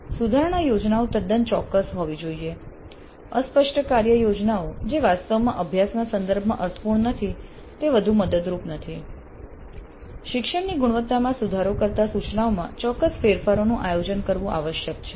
સુધારણા યોજનાઓ તદ્દન ચોક્કસ હોવી જોઈએ અસ્પષ્ટ કાર્ય યોજનાઓ જે વાસ્તવમાં અભ્યાસના સંદર્ભમાં અર્થપૂર્ણ નથી તે વધુ મદદરૂપ નથી શિક્ષણની ગુણવત્તામાં સુધારો કરતા સૂચનાઓમાં ચોક્કસ ફેરફારોનું આયોજન કરવું આવશ્યક છે